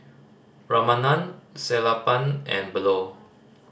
Ramanand Sellapan and Bellur